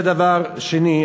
זה דבר שני.